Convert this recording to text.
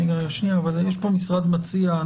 רגע, אבל יש פה משרד מציע.